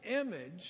image